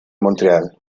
montreal